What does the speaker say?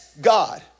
God